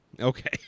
Okay